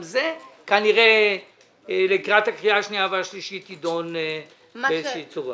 גם זה כנראה לקראת הקריאה השנייה והשלישית יידון באיזו שהיא צורה.